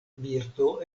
birdo